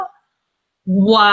Wow